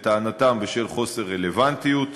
לטענתם בשל חוסר רלוונטיות.